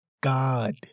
God